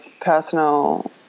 personal